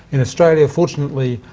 in australia fortunately,